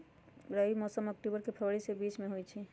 रबी मौसम अक्टूबर से फ़रवरी के बीच में होई छई